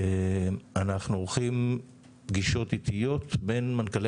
אנחנו עורכים פגישות איטיות בין מנכ"לי